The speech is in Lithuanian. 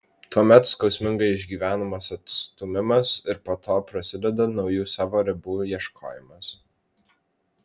tuomet skausmingai išgyvenamas atstūmimas ir po to prasideda naujų savo ribų ieškojimas